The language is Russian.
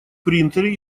принтере